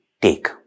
take